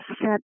set